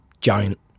Giant